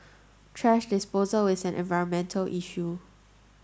thrash disposal is an environmental issue